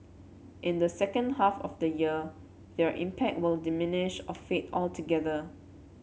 in the second half of the year their impact will diminish or fade altogether